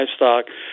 livestock